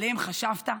עליהן חשבת?